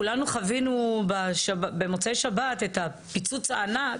כולנו חווינו במוצאי שבת את הפיצוץ הענק.